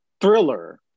thriller